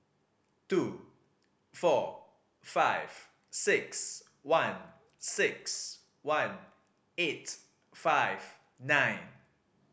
two four five six one six one eight five nine